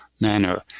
manner